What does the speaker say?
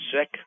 sick